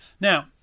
Now